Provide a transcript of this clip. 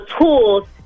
tools